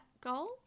goal